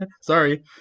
Sorry